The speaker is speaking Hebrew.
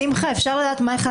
הצבעה לא אושרה